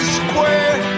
square